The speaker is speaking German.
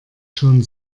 schon